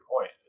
point